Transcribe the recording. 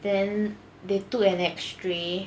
then they took an X ray